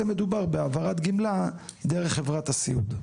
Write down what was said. מדובר בהעברת גמלה דרך חברת הסיעוד.